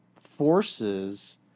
forces